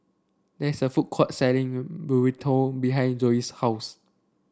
there is a food court selling Burrito behind Zoe's house